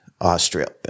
Australia